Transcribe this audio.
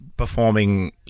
performing